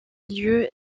lieu